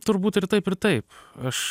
turbūt ir taip ir taip aš